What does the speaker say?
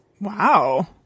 Wow